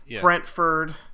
Brentford